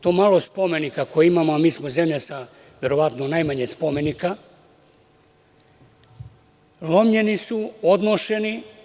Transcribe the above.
To malo spomenika koje imamo, jer mi smo zemlja sa verovatno najmanje spomenika, lomljeni su, odnošeni.